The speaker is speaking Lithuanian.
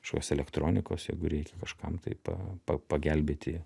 kažkokios elektronikos jeigu reikia kažkam taip pa pagelbėti